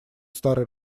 старой